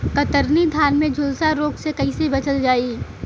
कतरनी धान में झुलसा रोग से कइसे बचल जाई?